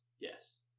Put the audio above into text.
Yes